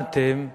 מה אתם,